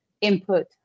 input